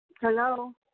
Hello